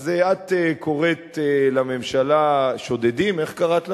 אז את קוראת לממשלה שודדים, איך קראת לנו?